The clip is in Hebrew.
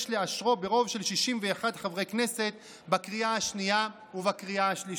יש לאשרו ברוב של 61 חברי כנסת בקריאה השנייה ובקריאה השלישית.